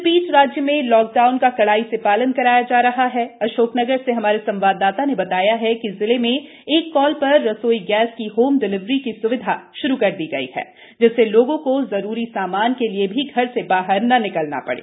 इस बीच राज्य में लॉकडाउन का कड़ाई से पालन कराया जा रहा है अशोकनगर से हमारे संवाददाता ने बताया है कि जिले में एक कॉल पर रसोई गैस की होम डिलेवरी की स्विधा श्रू कर दी गई है जिससे लोगों को जरूरी सामान के लिए भी घर से बाहर ना निकलना पड़े